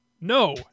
No